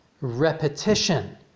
repetition